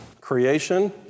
Creation